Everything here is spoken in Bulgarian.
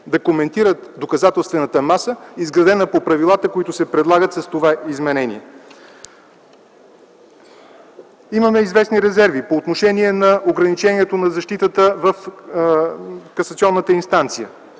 да коментират доказателствената маса, изградена по правилата, които се предлагат с това изменение. Имаме известни резерви по отношение ограничението на защитата в касационната инстанция.